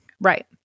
Right